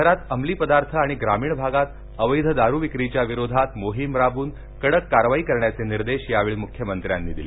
शहरात अमली पदार्थ आणि ग्रामीण भागात अवैध दारु विक्रीच्या विरोधात मोहिम राबवून कडक कारवाई करण्याचे निर्देश यावेळी मुख्यमंत्र्यांनी दिले